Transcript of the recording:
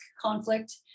conflict